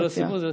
זה לציבור,